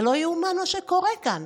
זה לא ייאמן מה שקורה כאן.